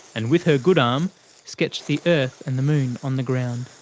and with her good arm sketched the earth, and the moon on the ground.